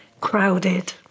crowded